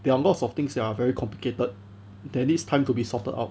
there are lots of things that are very complicated that needs time to be sorted out